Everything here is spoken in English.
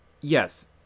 yes